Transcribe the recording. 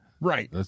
Right